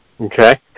Okay